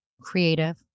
creative